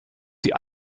die